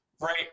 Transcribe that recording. Right